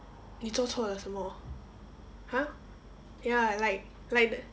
你做错了什么 !huh! ya like like